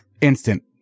Instant